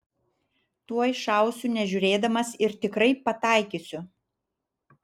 tuoj šausiu nežiūrėdamas ir tikrai pataikysiu